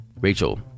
Rachel